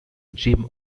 jim